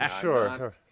Sure